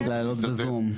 לעלות בזום.